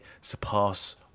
surpass